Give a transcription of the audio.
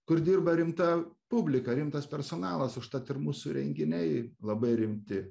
kur dirba rimta publika rimtas personalas užtat ir mūsų renginiai labai rimti